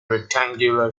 rectangular